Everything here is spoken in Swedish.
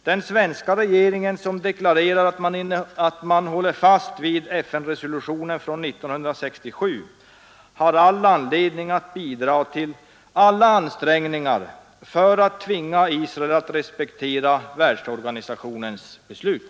Den svenska regeringen som deklarerar att man håller fast vid FN-resolutionen från 1967 har all anledning att bidra till alla ansträngningar för att tvinga Israel att respektera världsorganisationens beslut.